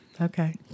Okay